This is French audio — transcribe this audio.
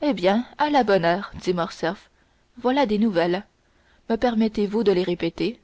eh bien à la bonne heure dit morcerf voilà des nouvelles me permettez-vous de les répéter